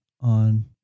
on